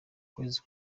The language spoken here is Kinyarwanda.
kwezi